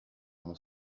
mon